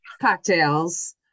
cocktails